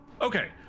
Okay